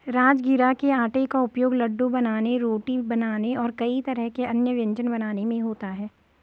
राजगिरा के आटे का उपयोग लड्डू बनाने रोटी बनाने और कई तरह के अन्य व्यंजन बनाने में होता है